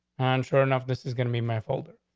and sure enough, this is gonna be my fault.